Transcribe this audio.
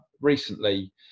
recently